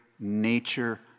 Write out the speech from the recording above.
Nature